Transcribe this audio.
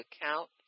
account